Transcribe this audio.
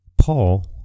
Paul